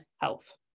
health